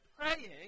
praying